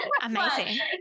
Amazing